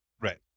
Right